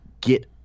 get